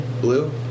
Blue